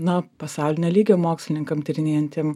na pasaulinio lygio mokslininkam tyrinėjantiem